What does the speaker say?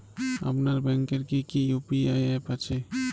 আপনার ব্যাংকের কি কি ইউ.পি.আই অ্যাপ আছে?